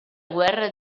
guerra